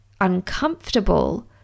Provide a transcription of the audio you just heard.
uncomfortable